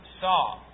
saw